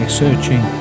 searching